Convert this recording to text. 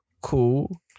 Cool